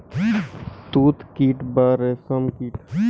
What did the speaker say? তুত কীট বা রেশ্ম কীট